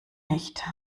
nicht